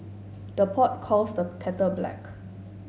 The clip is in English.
the pot calls the kettle black